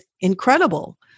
incredible